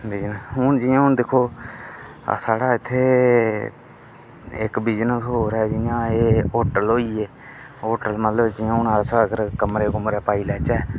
business हून जि'यां हून दिक्खो साढ़े इत्थै इक्क बिजनेस होर ऐ जि'यां एह् होटल होई गे होटल मतलब जि'यां हून अस कमरे कुमरे पाई लैचे